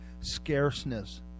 scarceness